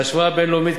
בהשוואה בין-לאומית.